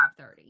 5.30